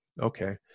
okay